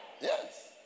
Yes